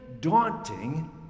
daunting